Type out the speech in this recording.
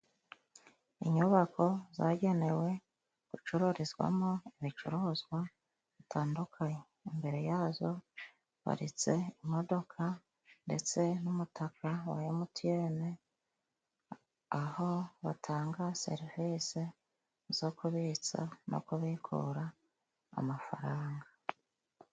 Inyubako zagenewe gucururizwamo ibicuruzwa bitandukanye. Imbere yazo haparitse imodoka ndetse n' umutaka wa MTN, aho batanga serivisi zo kubitsa no kubikura amafaranga.